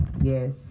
yes